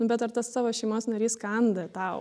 bet ar tas tavo šeimos narys kanda tau